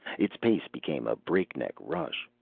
its pace became a breakneck rush.